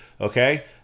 Okay